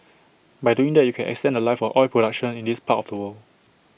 by doing that you can extend The Life of oil production in this part of the world